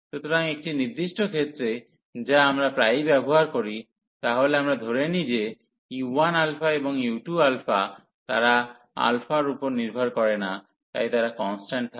সুতরাং একটি নির্দিষ্ট ক্ষেত্রে যা আমরা প্রায়ই ব্যবহার করি তাহলে আমরা ধরে নিই যে u1α এবং u2α তারা α এর উপর নির্ভর করে না তাই তারা কন্সট্যান্ট থাকে